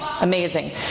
amazing